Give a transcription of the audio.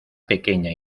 pequeña